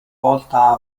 volta